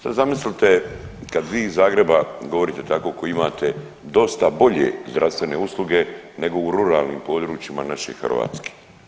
Sad zamislite kad vi iz Zagreba govorite tako koji imate dosta bolje zdravstvene usluge nego u ruralnim područjima naše Hrvatske.